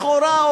לכאורה,